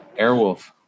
Airwolf